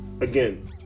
Again